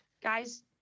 Guys